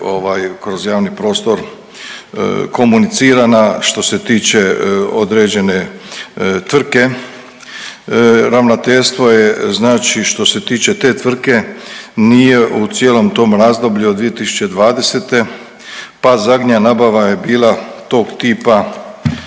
kroz javni prostor komunicirana što se tiče određene tvrtke, ravnateljstvo je znači što se tiče te tvrtke, nije u cijelom tom razdoblju od 2020., pa zadnja nabava je bila tog tipa